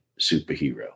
superhero